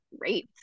great